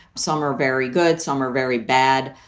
some are very good. some are very bad.